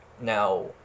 Now